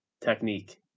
Technique